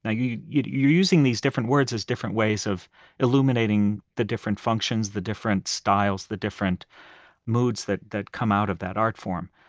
yeah you're you're using these different words as different ways of illuminating the different functions, the different styles, the different modes that that come out of that art form.